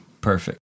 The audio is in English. Perfect